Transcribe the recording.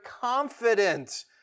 confident